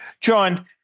John